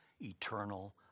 eternal